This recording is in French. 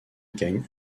gagne